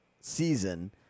season